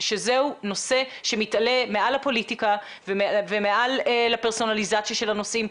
שזהו נושא שמתעלה מעל הפוליטיקה ומעל לפרסונליזציה של הנושאים.